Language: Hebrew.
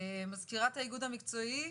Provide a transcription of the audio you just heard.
מזכירת האיגוד המקצועי,